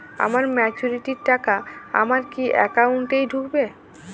আমার ম্যাচুরিটির টাকা আমার কি অ্যাকাউন্ট এই ঢুকবে?